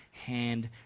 hand